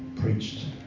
preached